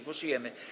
Głosujemy.